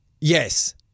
Yes